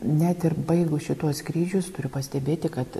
net ir baigus šituos skrydžius turiu pastebėti kad